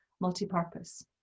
multi-purpose